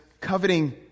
coveting